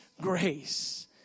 grace